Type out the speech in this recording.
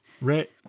right